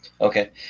Okay